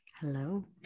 hello